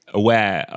aware